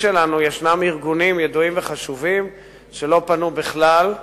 שלנו יש ארגונים ידועים וחשובים שלא פנו בכלל,